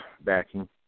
backing